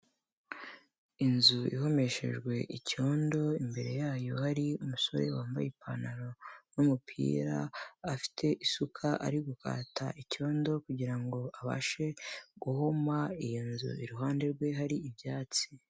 Inzu ihomeshejwe icyondo, imbere yayo hari umusore wambaye ipantaro n'umupira, afite isuka ari gukata icyondo, kugira ngo abashe guhoma iyo nzu, iruhande rwe hari ibyatsi.